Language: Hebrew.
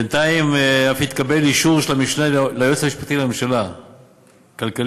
בינתיים אף התקבל אישור של המשנה ליועץ המשפטי לממשלה (כלכלי-פיסקלי)